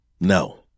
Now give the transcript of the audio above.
No